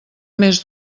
més